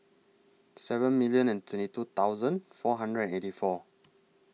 seven million and twenty two thousand four hundred and eighty four